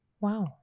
Wow